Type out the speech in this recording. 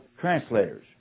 translators